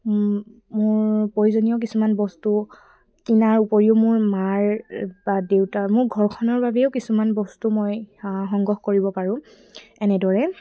মোৰ প্ৰয়োজনীয় কিছুমান বস্তু কিনাৰ উপৰিও মোৰ মাৰ বা দেউতা মোৰ ঘৰখনৰ বাবেও কিছুমান বস্তু মই সংগ্ৰহ কৰিব পাৰোঁ এনেদৰে